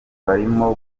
barimo